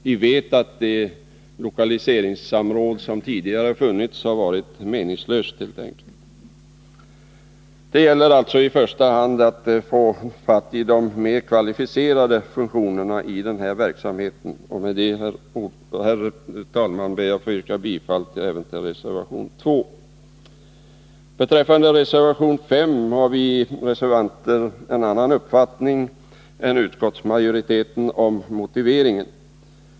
Vi vet att det lokaliseringssamråd som tidigare funnits helt enkelt har varit meningslöst. Det gäller alltså att i första hand få fatt i de mer kvalificerade funktionerna i den här verksamheten. Med detta ber jag, herr talman, att få yrka bifall även till reservation 2. Beträffande reservation 5 har vi reservanter en annan uppfattning än utskottsmajoriteten om motiveringen.